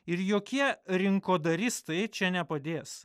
ir jokie rinkodaristai čia nepadės